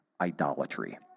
idolatry